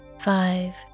Five